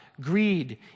greed